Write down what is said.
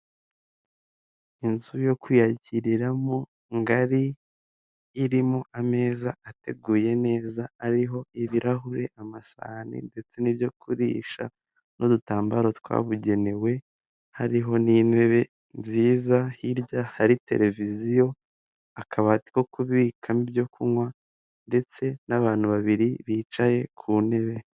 Inzu yo kwiyakiriramo ngari, irimo ameza ateguye neza ariho ibirahuri, amasahani ndetse n'ibyo kurisha n'udutambaro twabugenewe, hariho n'intebe nziza, hirya hari televiziyo, akabati ko kubikamo ibyo kunywa ndetse n'abantu babiri bicaye ku ntebe.